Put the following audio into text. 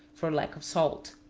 for lack of salt.